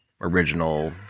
original